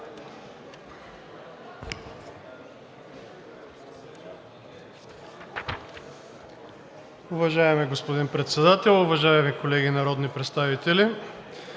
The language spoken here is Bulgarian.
Уважаеми господин Председател, уважаеми колеги народни представители!